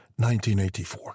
1984